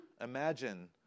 Imagine